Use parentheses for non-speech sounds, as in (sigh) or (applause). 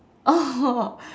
oh (breath)